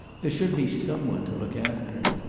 there should be some one to look after him.